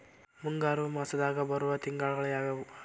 ಮುಂಗಾರು ಮಾಸದಾಗ ಬರುವ ತಿಂಗಳುಗಳ ಯಾವವು?